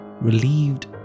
relieved